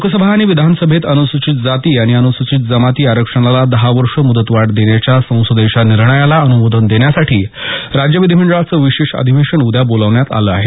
लोकसभा आणि विधानसभेत अनुसूचित जाती आणि अनुसूचित जमाती आरक्षणाला दहा वर्ष मुदतवाढ देण्याच्या संसदेच्या निर्णयाला अनुमोदन देण्यासाठी राज्य विधीमंडळाचं विशेष अधिवेशन उद्या बोलावण्यात आलं आहे